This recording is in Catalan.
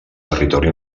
territori